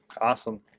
awesome